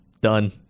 done